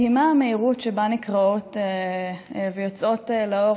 מדהימה המהירות שבה נקראות ויוצאות לאור